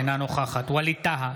אינה נוכחת ווליד טאהא,